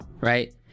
right